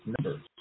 numbers